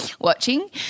watching